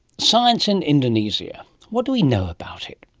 science in indonesia what do we know about it?